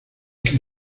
que